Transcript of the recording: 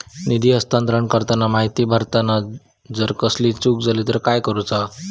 निधी हस्तांतरण करताना माहिती भरताना जर कसलीय चूक जाली तर काय करूचा?